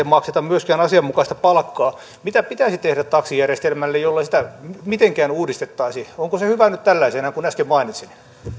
makseta myöskään asianmukaista palkkaa mitä pitäisi tehdä taksijärjestelmälle jollei sitä mitenkään uudistettaisi onko se hyvä nyt tällaisena kuin äsken mainitsin